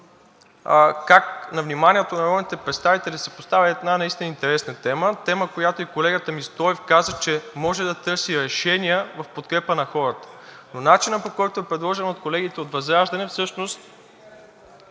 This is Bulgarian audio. как на вниманието на народните представители се поставя една наистина интересна тема, тема, която и колегата ми Стоев каза, че може да търси решения в подкрепа на хората. Но начинът, по който е предложен от колегите от ВЪЗРАЖДАНЕ, всъщност